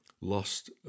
lost